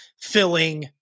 filling